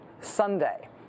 Sunday